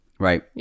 Right